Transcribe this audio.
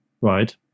right